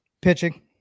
Pitching